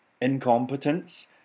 incompetence